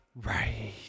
Right